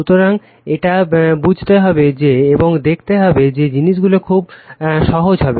সুতরাং এটা বুঝতে হবে যে এবং দেখবো যে জিনিসগুলো খুবই সহজ হবে